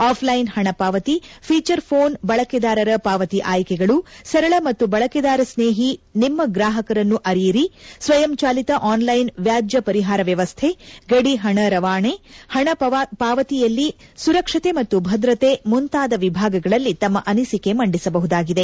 offline ಪಣ ಪಾವತಿ feature phone ಬಳಕೆದಾರರ ಪಾವತಿ ಆಯ್ಕೆಗಳು ಸರಳ ಮತ್ತು ಬಳಕೆದಾರ ಸ್ನೇಹಿ ನಿಮ್ಮ ಗ್ರಾಪಕರನ್ನು ಅರಿಯಿರಿ ಸ್ವಯಂ ಚಾಲಿತ ಆನ್ಲೈನ್ ವ್ಕಾಜ್ಯ ಪರಿಪಾರ ವ್ಯವಸ್ಥೆ ಗಡಿ ಪಣ ರವಾಣೆ ಪಣ ಪಾವತಿಯಲ್ಲಿ ಸುರಕ್ಷಕೆ ಮತ್ತು ಭದ್ರತೆ ಮುಂತಾದ ವಿಭಾಗಗಳಲ್ಲಿ ತಮ್ಮ ಅನಿಸಿಕೆ ಮಂಡಿಸಬಹುದಾಗಿದೆ